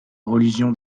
religion